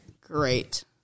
great